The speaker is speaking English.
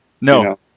No